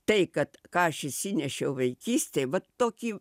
tai kad ką aš išsinešiau vaikystėj va tokį